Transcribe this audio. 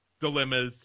dilemmas